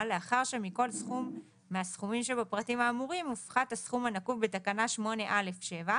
לאחר שמכל סכום מהסכומים שבפרטים האמורים יופחת הסכום הנקוב בתקנה 8א(7)